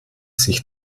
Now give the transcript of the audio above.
sich